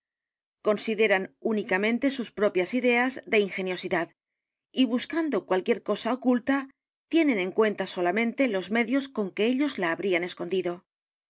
consideran únicamente sus propias i d e a s dé ingeniosidad y buscando cualquier cosa oculta tienen en cuenta solamente los medios con que ellos'lá habrían escondido